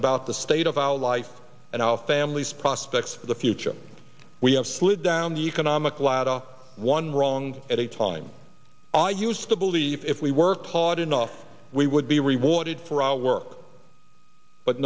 about the state of our life and our families prospects of the future we have slid down the economic ladder one wrong at a time i used to believe if we worked hard enough we would be rewarded for our work but